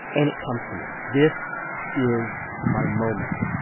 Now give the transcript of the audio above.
and it comes to me. this is my moment.